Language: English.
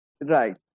Right